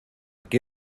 qué